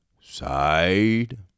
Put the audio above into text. Side